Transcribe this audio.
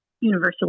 universal